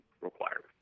requirements